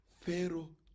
Pharaoh